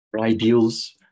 ideals